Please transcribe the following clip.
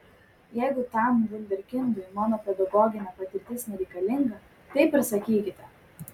jeigu tam vunderkindui mano pedagoginė patirtis nereikalinga taip ir sakykite